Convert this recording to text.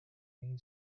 main